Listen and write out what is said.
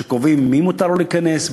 שקובעים למי מותר להיכנס,